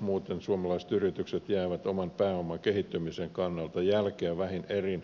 muuten suomalaiset yritykset jäävät oman pääoman kehittämisen kannalta jälkeen vähin erin